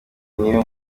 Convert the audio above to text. niwe